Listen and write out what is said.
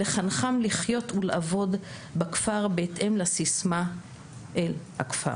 לחנכם לחיות ולעבוד בכפר בהתאם לסיסמה אל הכפר.